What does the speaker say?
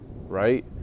right